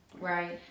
right